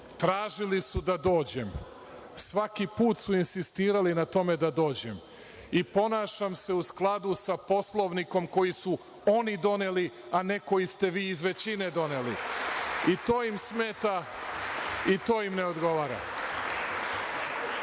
tražili su da dođem, svaki put su insistirali na tome da dođem i ponašam se u skladu sa Poslovnikom koji su oni doneli, a ne koji ste vi iz većine doneli, i to im smeta, i to im ne odgovara. Ja